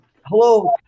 Hello